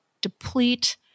deplete